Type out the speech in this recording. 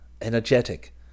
energetic